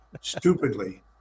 stupidly